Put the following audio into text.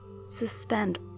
suspend